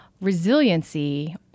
Resiliency